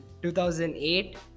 2008